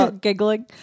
giggling